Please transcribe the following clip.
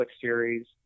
series